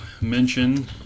mention